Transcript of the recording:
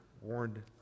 warned